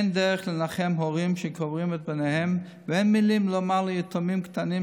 אין דרך לנחם הורים שקוברים את בניהם ואין מילים לומר ליתומים קטנים,